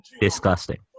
Disgusting